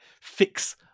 fix